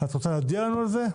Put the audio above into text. את רוצה להודיע לנו על זה?